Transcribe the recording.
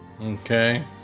Okay